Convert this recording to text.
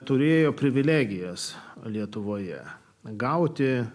turėjo privilegijas lietuvoje gauti